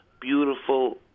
beautiful